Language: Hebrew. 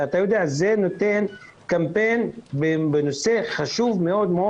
זה נותן קמפיין בנושא חשוב מאוד.